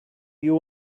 you